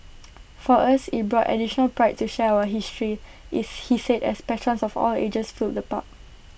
for us IT brought additional pride to share our history is he said as patrons of all ages filled the pub